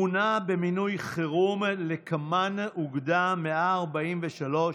מונה במינוי חירום לקמ"ן אוגדה 143,